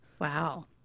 Wow